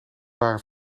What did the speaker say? waren